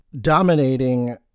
dominating